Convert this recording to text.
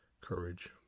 courage